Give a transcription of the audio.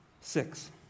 Six